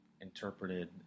interpreted